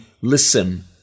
listen